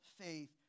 faith